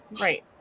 Right